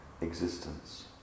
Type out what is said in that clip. existence